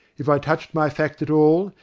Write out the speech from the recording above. if i touched my fact at all,